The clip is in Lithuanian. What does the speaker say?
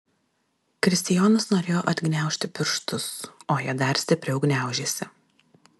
kristijonas norėjo atgniaužti pirštus o jie dar stipriau gniaužėsi